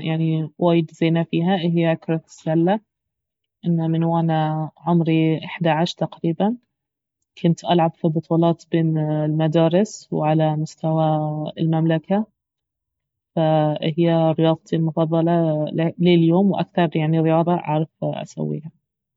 يعني وايد زينة فيها اهي كرة السلة انه من وانا عمري احدى عشر تقريبا كنت العب في بطولات بين المدارس وعلى مستوى المملكة فهي رياضتي المفضلة لليوم واكثر يعني رياضة اعرف اسويها